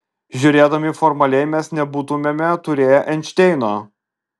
žiūrėdami formaliai mes nebūtumėme turėję einšteino